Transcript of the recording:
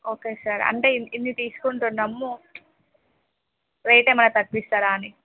okay sir అంటే ఇన్ని తీసుకుంటున్నాము రేట్ ఏమయినా తక్కువ ఇస్తారా అని